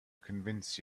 convince